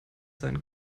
sein